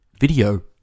video